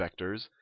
vectors